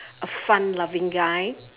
a fun loving guy